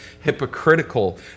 hypocritical